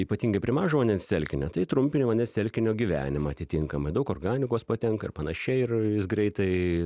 ypatingai prie mažo vandens telkinio tai trumpini vandens telkinio gyvenimą atitinkamai daug organikos patenka ir panašiai ir jis greitai